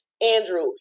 Andrew